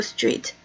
Street